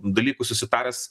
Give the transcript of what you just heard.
dalykų susitaręs